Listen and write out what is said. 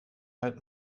halt